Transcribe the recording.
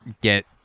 get